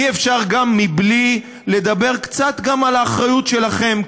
אי-אפשר בלי לדבר קצת גם על האחריות שלכם,